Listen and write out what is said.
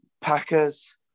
Packers